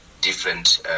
different